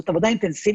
זאת עבודה אינטנסיבית.